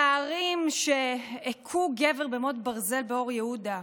נערים שהכו גבר במוט ברזל באור יהודה,